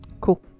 Cool